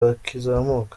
bakizamuka